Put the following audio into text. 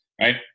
Right